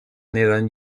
neden